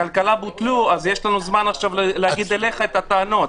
בכלכלה ביטלו, אז יש לנו זמן לומר לך את הטענות.